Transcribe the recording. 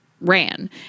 ran